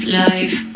life